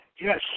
Yes